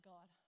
God